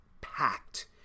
packed